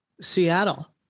Seattle